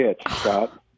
Scott